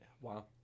Wow